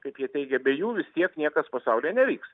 kaip jie teigė be jų vis tiek niekas pasaulyje nevyks